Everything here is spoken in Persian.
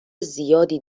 زیادی